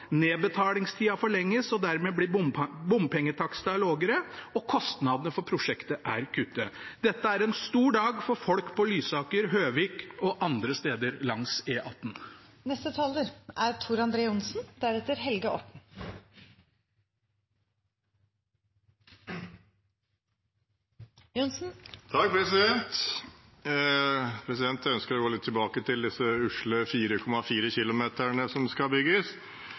forlenges, og dermed blir bompengetakstene lavere, og kostnadene for prosjektet er kuttet. Dette er en stor dag for folk på Lysaker, Høvik og andre steder langs E18. Jeg ønsker å gå litt tilbake til disse usle 4,4 kilometerne som skal bygges.